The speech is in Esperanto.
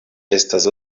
estas